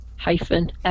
hyphen